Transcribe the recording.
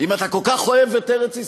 אם אתה כל כך אוהב את ארץ-ישראל,